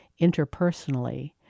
interpersonally